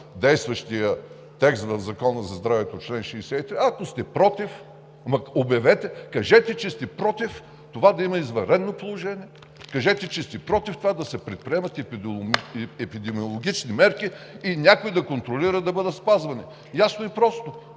действащия текст в Закона за здравето – чл. 60, ако сте против, кажете, че сте против това да има извънредно положение, кажете, че сте против това да се предприемат епидемиологични мерки и някой да контролира да бъдат спазвани. Ясно и просто.